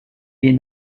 est